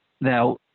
Now